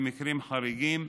במקרים חריגים,